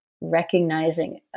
recognizing